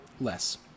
less